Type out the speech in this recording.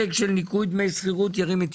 ניכוי דמי שכירות, פרק ד':